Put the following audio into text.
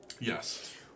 yes